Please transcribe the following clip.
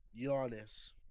Giannis